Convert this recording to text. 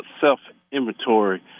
self-inventory